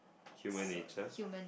human nature